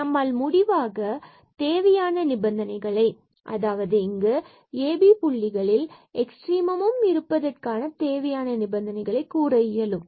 எனவே நம்மால் முடிவாக தேவையான நிபந்தனைகளை அதாவது இங்கு இந்த ab புள்ளிகளில் எக்ஸ்ட்ரிமமும் இருப்பதற்கான தேவையான நிபந்தனைகளை கூற இயலும்